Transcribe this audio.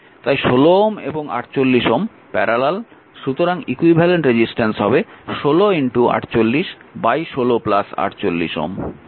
তাই 16Ω এবং 48Ω প্যারালাল সুতরাং ইকুইভ্যালেন্ট রেজিস্ট্যান্স হবে 1648 16 48 Ω